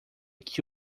que